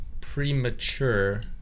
premature